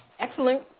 excellent.